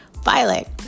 Violet